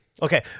Okay